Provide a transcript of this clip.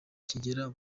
kigera